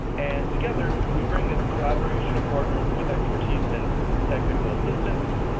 and together we bring a collaboration of partners with expertise in technical assistance,